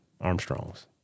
Armstrongs